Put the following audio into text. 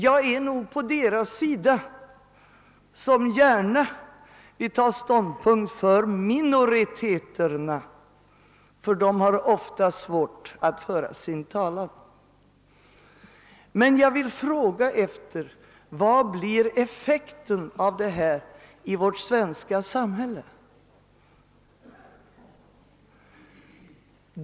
Jag står på deras sida som vill ta ståndpunkt för minoriteterna, eftersom de ofta har svårt att föra sin egen talan. Men vad blir effekten av det i vårt svenska samhälle?